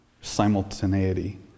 Simultaneity